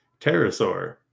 pterosaur